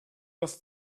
have